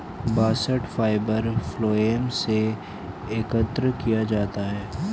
bast fibre phloem से एकत्र किया जाता है